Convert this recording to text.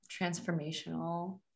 transformational